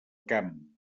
camp